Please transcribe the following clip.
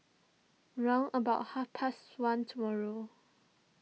round about half past one tomorrow